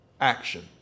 action